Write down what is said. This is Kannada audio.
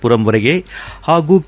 ಪುರಂವರೆಗೆ ಹಾಗೂ ಕೆ